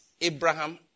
Abraham